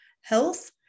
health